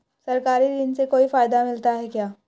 सरकारी ऋण से कोई फायदा मिलता है क्या?